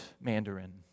Mandarin